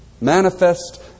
Manifest